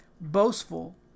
boastful